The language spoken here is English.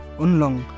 unlong